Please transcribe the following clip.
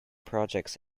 projects